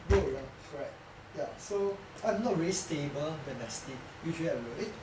roll around correct ya so I am not really stable when I sleep usually I will eh